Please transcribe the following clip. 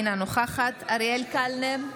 אינה נוכחת אריאל קלנר,